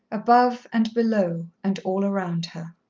above and below and all round her.